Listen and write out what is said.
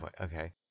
Okay